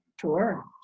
Sure